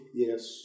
yes